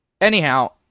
Anyhow